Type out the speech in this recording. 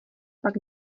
pak